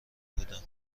بودن